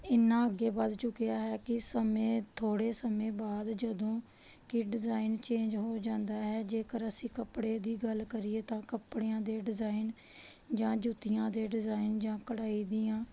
ਇੰਨਾ ਅੱਗੇ ਵੱਧ ਚੁੱਕਿਆ ਹੈ ਕਿ ਸਮੇਂ ਥੋੜ੍ਹੇ ਸਮੇਂ ਬਾਅਦ ਜਦੋਂ ਕਿ ਡਿਜ਼ਾਇਨ ਚੇਂਜ ਹੋ ਜਾਂਦਾ ਹੈ ਜੇਕਰ ਅਸੀਂ ਕੱਪੜੇ ਦੀ ਗੱਲ ਕਰੀਏ ਤਾਂ ਕੱਪੜਿਆਂ ਦੇ ਡਿਜ਼ਾਇਨ ਜਾਂ ਜੁੱਤੀਆਂ ਦੇ ਡਿਜ਼ਾਇਨ ਜਾਂ ਕਢਾਈ ਦੀਆਂ